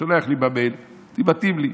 שולח לי במייל, אמרתי: מתאים לי.